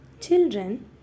Children